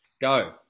Go